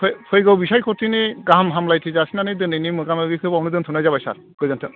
फै फैगौ बिसायखथिनि गाहाम हामलाइथि जासिनानै दोनैनि मोगा मोगिखौ बावनो दोन्थनाय जाबाय सार गोजोन्थों